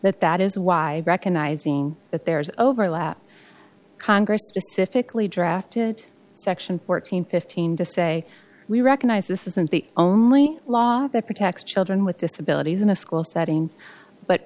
that that is why recognizing that there is overlap congress specifically drafted section fourteen fifteen to say we recognize this isn't the only law that protects children with disabilities in a school setting but